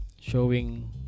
showing